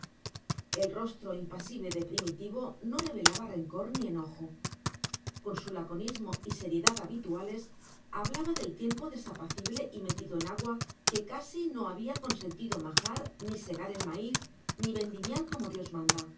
el rostro impasible de primitivo no revelaba rencor ni enojo con su laconismo y seriedad habituales hablaba del tiempo desapacible y metido en agua que casi no había consentido majar ni segar el maíz ni vendimiar como dios manda